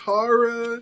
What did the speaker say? Tara